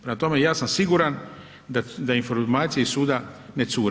Prema tome, ja sam siguran da informacije iz suda ne cure.